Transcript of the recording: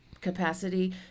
capacity